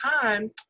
time